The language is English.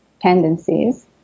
tendencies